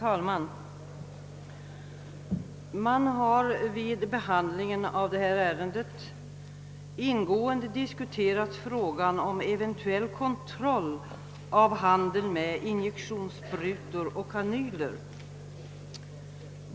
Herr talman! Vid behandlingen av detta ärende har frågan om eventuell kontroll av handeln med injektionssprutor och kanyler ingående diskuterats.